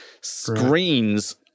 screens